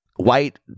white